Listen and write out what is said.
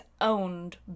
owned